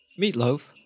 Meatloaf